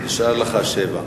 נשארו לך שבע.